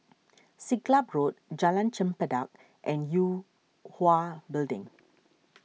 Siglap Road Jalan Chempedak and Yue Hwa Building